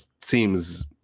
seems